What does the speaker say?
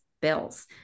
bills